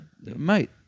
mate